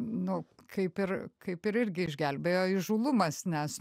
nu kaip ir kaip ir irgi išgelbėjo įžūlumas nes